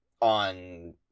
on